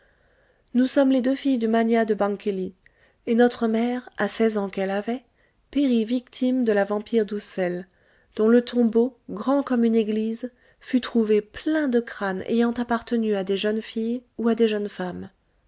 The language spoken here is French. nous sommes les deux filles du magnat de bangkeli et notre mère à seize ans qu'elle avait périt victime de la vampire d'uszel dont le tombeau grand comme une église fut trouvé plein de crânes ayant appartenu à des jeunes filles ou à des jeunes femmes